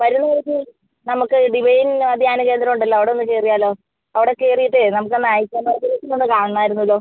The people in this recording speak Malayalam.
വരുന്ന വഴിക്ക് നമുക്ക് ഡിവൈൻ ധ്യാന കേന്ദ്രം ഉണ്ടല്ലോ അവിടെ ഒന്ന് കയറിയാലോ അവിടെ കയറിയിട്ടേ നമുക്ക് ഒന്ന് കാണണമായിരുന്നല്ലോ